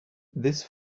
this